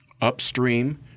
upstream